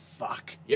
fuck